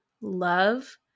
love